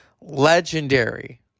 legendary